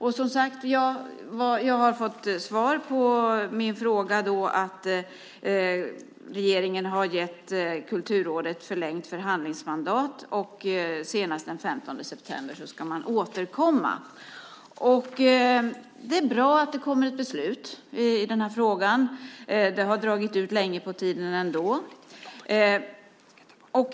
Och som sagt: På min fråga har jag fått svaret att regeringen har gett Kulturrådet förlängt förhandlingsmandat, och senast den 15 september ska man återkomma. Det är bra att det kommer ett beslut i den här frågan. Det har dragit ut länge på tiden ändå.